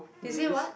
they say what